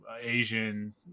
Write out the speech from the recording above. asian